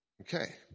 Okay